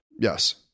Yes